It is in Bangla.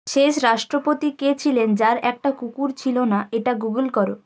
শেষ রাষ্ট্রপতি কে ছিলেন যার একটা কুকুর ছিলো না এটা গুগুল করো